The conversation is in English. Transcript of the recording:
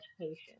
education